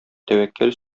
тәвәккәл